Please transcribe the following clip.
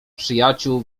przyjaciół